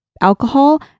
Alcohol